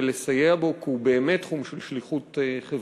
ולסייע בו כי הוא באמת תחום של שליחות חברתית,